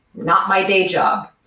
not my day job.